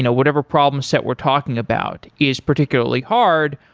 and whatever problems that we're talking about is particularly hard,